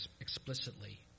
explicitly